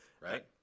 Right